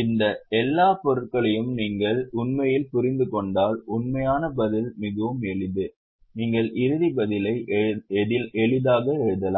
இந்த எல்லா பொருட்களையும் நீங்கள் உண்மையில் புரிந்து கொண்டால் உண்மையான பதில் மிகவும் எளிது நீங்கள் இறுதி பதிலை எளிதாக எழுதலாம்